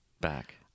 back